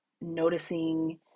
noticing